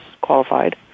qualified